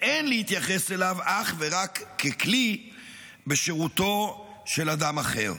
ואין להתייחס אליו אך ורק ככלי בשירותו של אדם אחר.